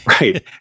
right